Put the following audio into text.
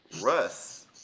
Russ